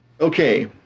Okay